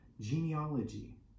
genealogy